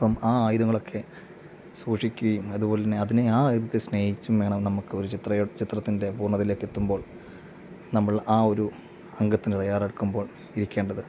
അപ്പം ആ ആയുധങ്ങളൊക്കെ സൂക്ഷിക്കുകയും അതുപോലെ തന്നെ അതിനെ ആ ആയുധത്തെ സ്നേഹിച്ചും വേണം നമുക്ക് ഒരു ചിത്ര ചിത്രത്തിൻ്റെ പൂർണ്ണതയിലേക്ക് എത്തുമ്പോൾ നമ്മൾ ആ ഒരു അങ്കത്തിന് തയ്യാറെടുക്കുമ്പോൾ ഇരിക്കേണ്ടത്